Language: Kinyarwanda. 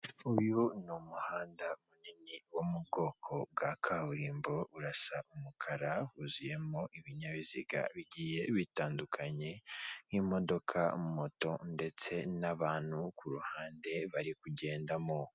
uyu ni umuhanda munini wo mu bwoko bwa kaburimbo urasa umukara, huzuyemo ibinyabiziga bitandukanye nk'imodoka, moto ndetse n'abantu ku ruhande bari kugendamo.